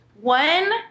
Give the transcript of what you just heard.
One